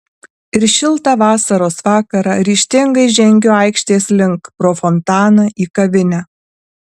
ir šiltą vasaros vakarą ryžtingai žengiu aikštės link pro fontaną į kavinę